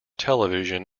television